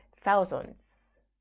thousands